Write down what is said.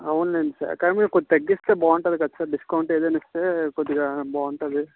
అవును లేండి సార్ కానీ మీరు కొంచెం తగ్గిస్తే బాగుంటుంది కదా సార్ డిస్కౌంట్ ఏదైనా ఇస్తే కొద్దిగా బాగుంటుంది